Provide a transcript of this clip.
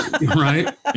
right